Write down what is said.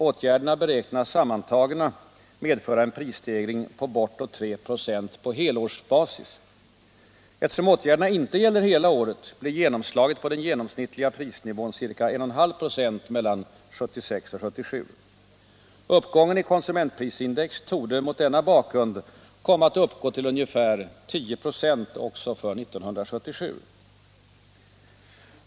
Åtgärderna beräknas sammantagna medföra en prisstegring på bortåt 3 96 på helårsbasis. Eftersom åtgärderna inte gäller hela året blir genomslaget på den genomsnittliga prisnivån ca 1,5 96 mellan 1976 och 1977. Uppgången i konsumentprisindex torde mot denna bakgrund komma att bli ca 10 96 också för 1977.